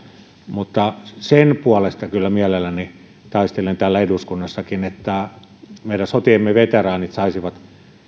mutta sen puolesta kyllä mielelläni taistelen täällä eduskunnassakin että meidän sotiemme veteraanit saisivat